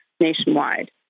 nationwide